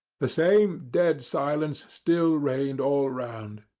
the same dead silence still reigned all round.